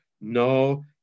No